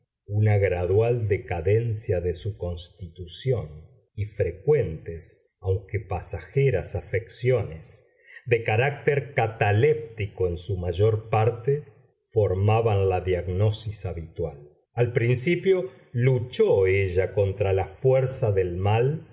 una gradual decadencia de su constitución y frecuentes aunque pasajeras afecciones de carácter cataléptico en su mayor parte formaban la diagnosis habitual al principio luchó ella contra la fuerza del mal